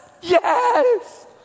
yes